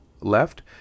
left